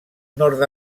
nord